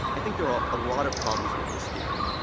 i think there are a lot of problems with this theory.